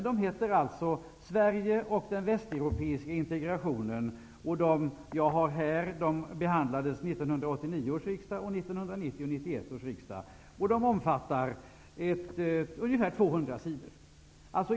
De heter ''Sverige och den västeuropeiska integrationen'' och behandlades vid 1989 91 års riksdag, och de omfattade ungefär 200 sidor.